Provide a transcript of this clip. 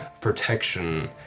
protection